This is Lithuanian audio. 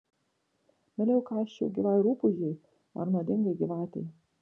mieliau įkąsčiau gyvai rupūžei ar nuodingai gyvatei